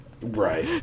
Right